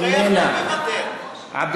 איננה, מוותר.